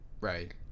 Right